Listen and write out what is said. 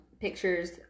pictures